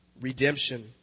redemption